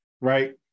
right